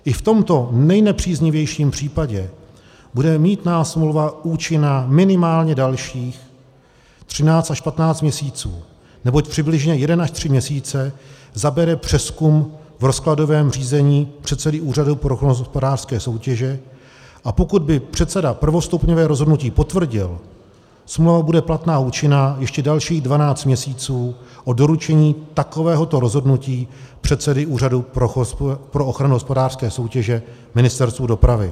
I v tomto nejnepříznivějším případě bude mýtná smlouva účinná minimálně dalších 13 až 15 měsíců, neboť přibližně jeden až tři měsíce zabere přezkum v rozkladovém řízení předsedy Úřadu pro ochranu hospodářské soutěže, a pokud by předseda prvostupňové rozhodnutí potvrdil, smlouva bude platná a účinná ještě dalších 12 měsíců od doručení takovéhoto rozhodnutí předsedy Úřadu pro ochranu hospodářské soutěže Ministerstvu dopravy.